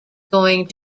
going